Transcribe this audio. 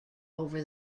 over